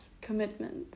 commitment